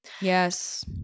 yes